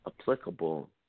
applicable